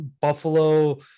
Buffalo